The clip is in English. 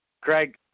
Craig